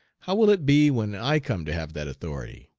how will it be when i come to have that authority?